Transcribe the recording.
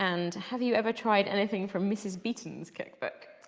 and have you ever tried anything from mrs beeton's cookbook?